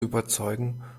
überzeugen